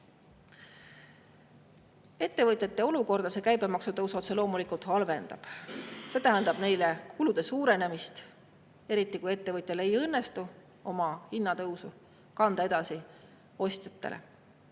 veelgi. Ettevõtjate olukorda käibemaksutõus otse loomulikult halvendab. See tähendab neile kulude suurenemist, eriti kui ettevõtjal ei õnnestu oma hinnatõusu kanda edasi ostjatele.